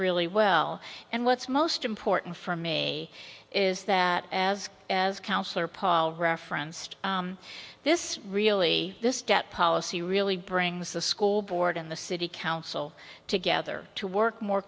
really well and what's most important for me is that as as councilor paul referenced this really this debt policy really brings the school board and the city council together to work more